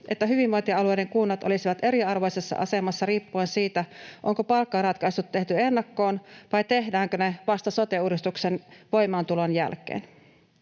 että hyvinvointialueiden kunnat olisivat eriarvoisessa asemassa riippuen siitä, onko palkkaratkaisut tehty ennakkoon vai tehdäänkö ne vasta sote-uudistuksen voimaantulon jälkeen.